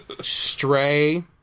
Stray